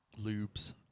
Lubes